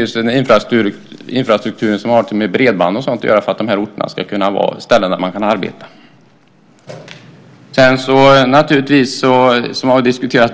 Dessutom har infrastrukturen i form av bredband stor betydelse för att orterna ska vara ställen där det går att arbeta. Vi har många gånger diskuterat